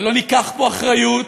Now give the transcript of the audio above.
ולא ניקח פה אחריות